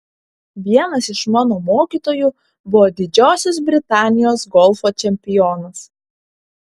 vienas iš mano mokytojų buvo didžiosios britanijos golfo čempionas